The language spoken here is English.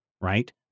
right